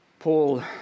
Paul